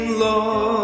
love